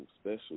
special